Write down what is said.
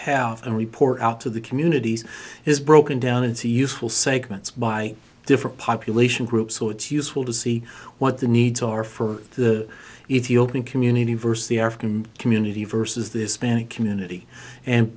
have and report out to the communities is broken down into a useful segments by different population groups so it's useful to see what the needs are for the ethiopian community versus the african community versus this panic community and